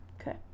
Okay